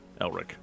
Elric